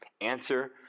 Answer